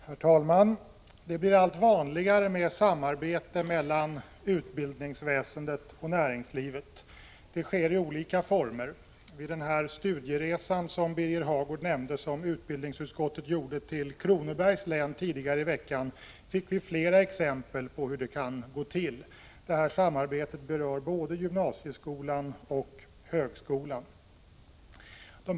Herr talman! Det blir allt vanligare med samarbete mellan utbildningsväsendet och näringslivet. Det sker i olika former. Vid den studieresa som Birger Hagård nämnde att utbildningsutskottet tidigare i veckan gjorde till Kronobergs län fick vi flera exempel på hur detta samarbete, som berör både gymnasieskola och högskola, kan gå till.